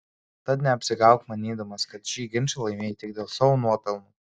tad neapsigauk manydamas kad šį ginčą laimėjai tik dėl savo nuopelnų